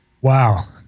Wow